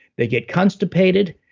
they get constipated,